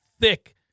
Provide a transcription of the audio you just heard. thick